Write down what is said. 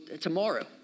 tomorrow